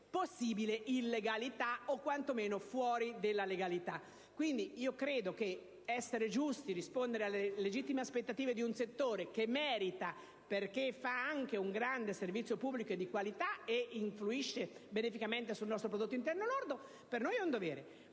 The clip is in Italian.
possibile illegalità o quanto meno di fuori dalla legalità. Credo che essere giusti e rispondere alle legittime aspettative di un settore che merita, perché offre un grande servizio pubblico di qualità e influisce beneficamente sul nostro prodotto interno lordo, per noi sia un dovere,